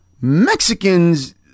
mexicans